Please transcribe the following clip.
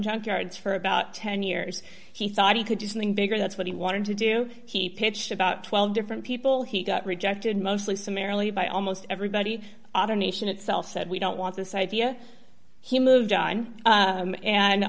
junkyards for about ten years he thought he could do something bigger that's what he wanted to do he pitched about twelve different people he got rejected mostly summarily by almost everybody other nation itself said we don't want this idea he moved on